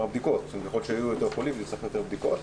הבדיקות ככל שיהיו יותר חולים נצטרך יותר בדיקות.